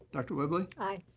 dr. whibley. aye.